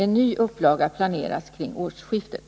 En ny upplaga planeras kring årsskiftet.